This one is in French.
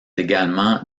également